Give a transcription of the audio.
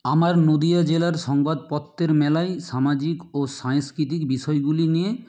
আমার নদীয়া জেলার সংবাদপত্রের মেলায় সামাজিক ও সাংস্কৃতিক বিষয়গুলি নিয়ে